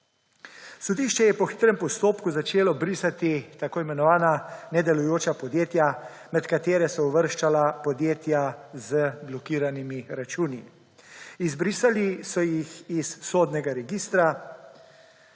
Sodišče je po hitrem postopku začelo brisati tako imenovana nedelujoča podjetja, med katera so se uvrščala podjetja z blokiranimi računi. Izbrisali so jih iz sodnega registra,